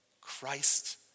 Christ